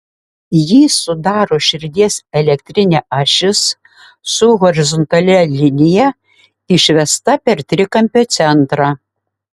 jį sudaro širdies elektrinė ašis su horizontalia linija išvesta per trikampio centrą